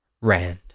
Rand